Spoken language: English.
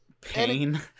Pain